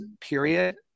period